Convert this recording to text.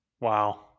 Wow